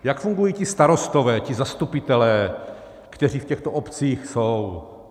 Jak fungují ti starostové, ti zastupitelé, kteří v těchto obcích jsou?